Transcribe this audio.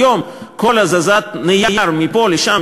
היום כל הזזת נייר מפה לשם,